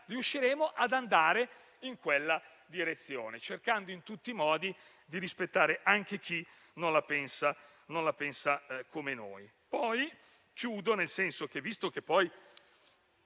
riusciremo ad andare in quella direzione, cercando in tutti i modi di rispettare anche chi non la pensa come noi.